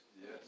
Yes